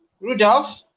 Rudolph